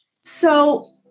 so-